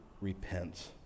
repent